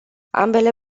ambele